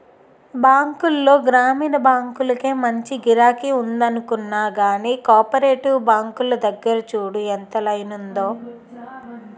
బాంకుల్లో గ్రామీణ బాంకులకే మంచి గిరాకి ఉందనుకున్నా గానీ, కోపరేటివ్ బాంకుల దగ్గర చూడు ఎంత లైనుందో?